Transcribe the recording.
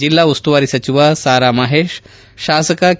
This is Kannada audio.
ಜೆಲ್ಲಾ ಉಸ್ತುವಾರಿ ಸಚಿವ ಸಾ ರಾ ಮಹೇಶ್ ಶಾಸಕ ಕೆ